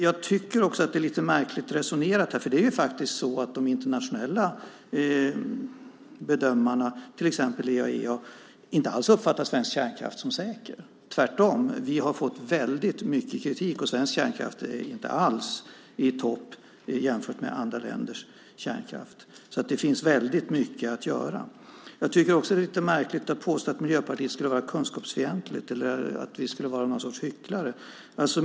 Jag tycker också att resonemanget är lite märkligt, för de internationella bedömarna, till exempel IAEA, uppfattar faktiskt inte alls svensk kärnkraft som säker. Tvärtom - vi har fått väldigt mycket kritik, och svensk kärnkraft är inte alls i topp om man jämför med kärnkraften i andra länder. Det finns alltså väldigt mycket att göra. Jag tycker också att det är lite märkligt att påstå att Miljöpartiet skulle vara kunskapsfientligt eller att vi skulle vara något slags hycklare.